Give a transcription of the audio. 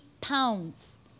pounds